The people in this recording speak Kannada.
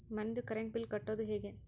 ಮನಿದು ಕರೆಂಟ್ ಬಿಲ್ ಕಟ್ಟೊದು ಹೇಗೆ?